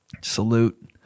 salute